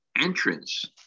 entrance